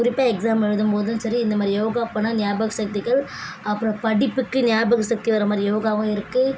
குறிப்பாக எக்ஸாம் எழுதும் போதும் சரி இந்த மாதிரி யோகா பண்ணால் ஞாபக சக்திக்கு அப்புறம் படிப்புக்கு ஞாபக சக்தி வர்ற மாதிரி யோகாவும் இருக்குது